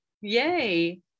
Yay